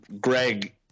Greg